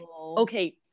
okay